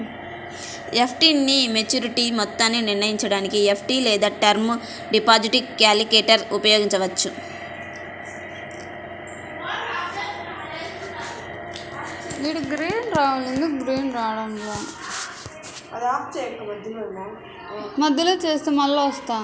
FD maturity మొత్తాన్ని నిర్ణయించడానికి FD లేదా టర్మ్ డిపాజిట్ క్యాలిక్యులేటర్ను ఉపయోగించవచ్చు